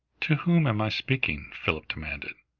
to whom am i speaking? philip demanded.